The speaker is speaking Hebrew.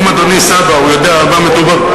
אם אדוני סבא, הוא יודע על מה הוא מדובר.